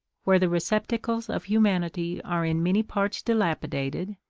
where the receptacles of humanity are in many parts dilapidated,